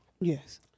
yes